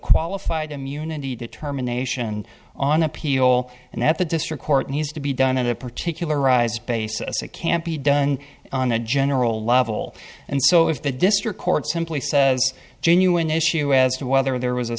qualified immunity determination on appeal and that the district court needs to be done in a particularized basis it can't be done on a general level and so if the district court simply says genuine issue as to whether there was a